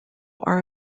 are